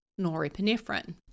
norepinephrine